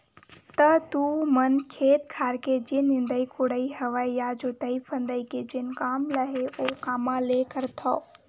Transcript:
त तुमन खेत खार के जेन निंदई कोड़ई हवय या जोतई फंदई के जेन काम ल हे ओ कामा ले करथव?